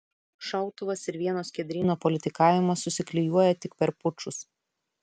šautuvas ir vieno skiedryno politikavimas susiklijuoja tik per pučus